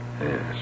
Yes